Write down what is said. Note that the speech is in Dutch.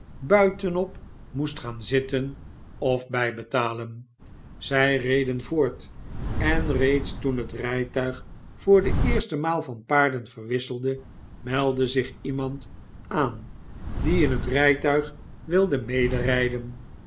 buitenop moest gaan zitten of bijbetalen zij reden voort en reeds toen het rijtuig voor de eerste maal van paarden verwisselde meldde zich iemand aan die in het rijtuig wilde